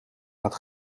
gaat